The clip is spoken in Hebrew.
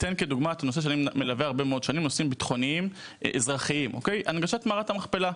אתן דוגמה, נושא הנגשת מערכת המכפלה,